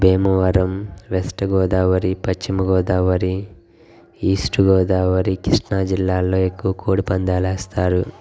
Bhimavaram west Godavari Paschima Godavari east Godavari కృష్ణాజిల్లాలో ఎక్కువ కోడిపందాలు వేస్తారు